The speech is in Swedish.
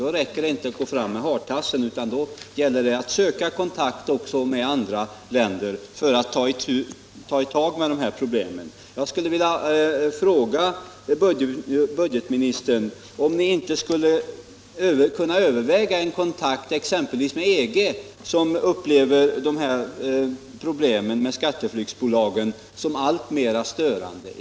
Då räcker det inte att gå fram med hartassen, utan då gäller det att söka kontakt också med andra länder för att ta tag i de här problemen. Jag skulle vilja fråga budgetministern om ni inte skulle kunna överväga en kontakt exempelvis med EG, som upplever problemen med skatteflyktsbolagen som alltmer störande.